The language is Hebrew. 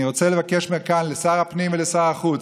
אני רוצה לבקש מכאן משר הפנים ומשר החוץ: